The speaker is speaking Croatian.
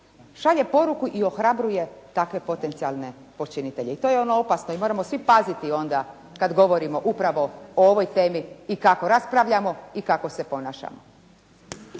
šalje poruka i ohrabruje takve potencijalne počinitelje i to je ono opasno i moramo svi paziti onda kada govorimo upravo o ovoj temi i kako raspravljamo i kako se ponašamo.